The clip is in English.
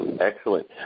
Excellent